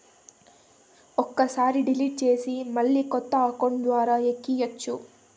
ఒక్కసారి డిలీట్ చేస్తే మళ్ళీ కొత్త అకౌంట్ ద్వారా ఎక్కియ్యచ్చు